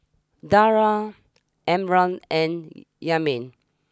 Dara Imran and Yasmin